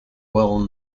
well